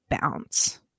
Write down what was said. bounce